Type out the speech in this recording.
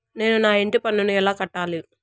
నేను నా ఇంటి పన్నును ఎలా కట్టాలి?